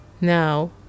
now